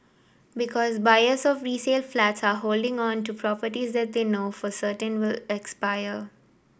because buyers of resale flats are holding on to properties that they know for certain will expire